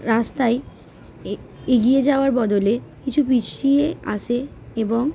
রাস্তায় এগিয়ে যাওয়ার বদলে কিছু পিছিয়ে আসে এবং